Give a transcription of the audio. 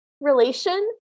relation